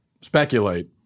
speculate